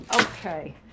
okay